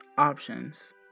options